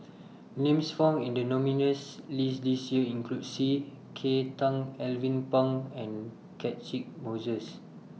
Names found in The nominees' list This Year include C K Tang Alvin Pang and Catchick Moses